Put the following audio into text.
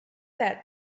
that